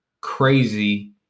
crazy